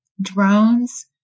drones